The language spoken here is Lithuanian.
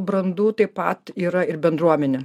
brandu taip pat yra ir bendruomenė